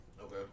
Okay